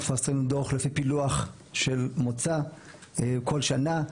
אנחנו מפרסמים דו"ח לפי פילוח של מוצא כל שנה.